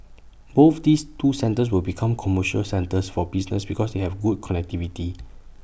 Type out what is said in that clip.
both these two centres will become commercial centres for business because they have good connectivity